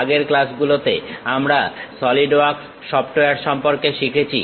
আগের ক্লাসগুলোতে আমরা সলিড ওয়ার্কস সফটওয়্যার সম্পর্কে শিখেছি